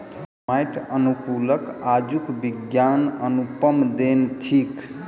माइट अनुकूलक आजुक विज्ञानक अनुपम देन थिक